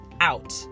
out